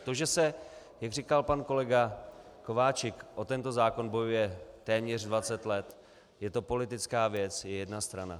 To, že se jak říkal pan kolega Kováčik o tento zákon bojuje téměř 20 let, je to politická věc, je jedna strana.